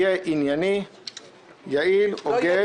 יהיה ענייני, יעיל, הוגן.